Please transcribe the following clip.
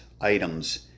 items